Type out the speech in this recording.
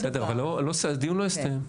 הדיון לא הסתיים.